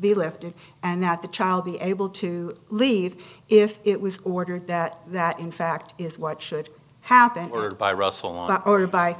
be lifted and that the child be able to leave if it was ordered that that in fact is what should happen or by russell order by